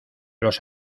los